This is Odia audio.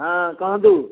ହଁ କୁହନ୍ତୁ